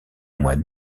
mois